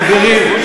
חברים,